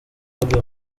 baguye